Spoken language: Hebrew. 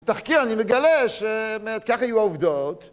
תחקיר אני מגלה שבאמת כך היו העובדות